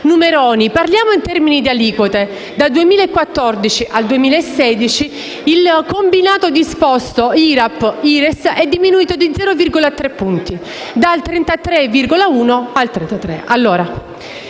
Parliamo in termini di aliquote: dal 2014 al 2016 il combinato disposto IRAP-IRES è diminuito di 0,3 punti, dal 33,1 al 32,8